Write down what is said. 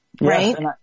Right